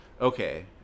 okay